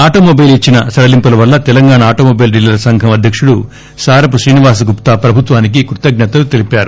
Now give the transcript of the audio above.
automobile ఇచ్చిన సడలింపుల పట్ల తెలంగాణ ఆటోమొబైల్ డీలర్ల సంఘం అధ్యక్కుడు సారపు శ్రీనివాస గుప్త ప్రభుత్వానికి కృతజ్ఞతలు తెలిపారు